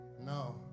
No